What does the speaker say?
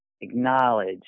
acknowledge